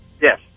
Yes